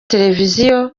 televiziyo